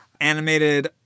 animated